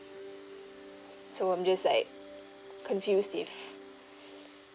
so I'm just like confused if